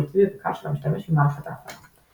ותקשור אינטואיטיבי וקל של המשתמש עם מערכת ההפעלה.